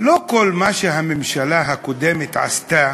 לא כל מה שהממשלה הקודמת עשתה